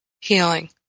healing